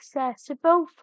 accessible